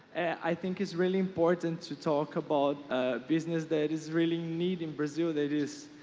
i think is really important to talk about a business that is really neat in brazil. that is,